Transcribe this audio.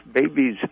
babies